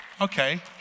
Okay